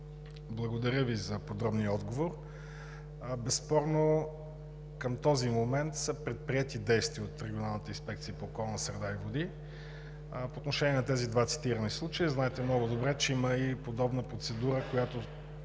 благодаря Ви за подробния отговор. Безспорно към този момент са предприети действия от Регионалната инспекция по околната среда и водите по отношение на тези два цитирани случая. Знаете много добре, че има и подобна процедура, която